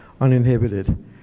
uninhibited